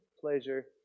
pleasure